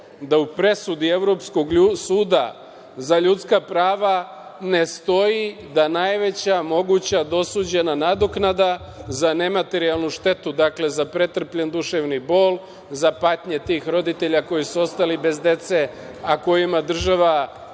da u presudu Evropska suda za ljudska prava ne stoji da najveća moguća dosuđena nadoknada za nematerijalnu štetu, dakle za pretrpljeni duševni bol, za patnje tih roditelja koji su ostali bez dece, a kojima država